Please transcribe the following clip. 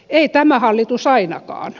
ei tämä hallitus ainakaan